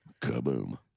Kaboom